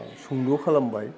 सुंद' खालामबाय